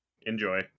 Enjoy